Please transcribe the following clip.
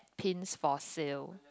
pins for sale